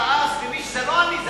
מי שכעס זה לא אני,